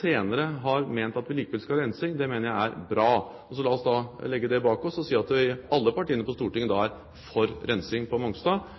senere har ment at vi likevel skal ha rensing, mener jeg er bra. La oss legge det bak oss og si at alle partiene på Stortinget er for rensing på Mongstad,